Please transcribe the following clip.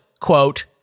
quote